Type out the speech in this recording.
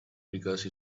because